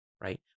right